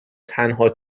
تنها